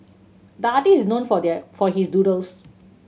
the artist is known for their for his doodles